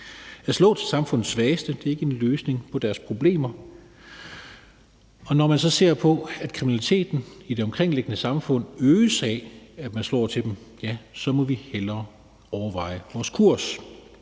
At slå på samfundets svageste er ikke en løsning på deres problemer, og når man så ser på, at kriminaliteten i det omkringliggende samfund øges af, at man slår på dem, så må vi hellere overveje vores kurs.